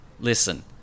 Listen